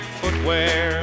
footwear